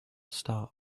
stop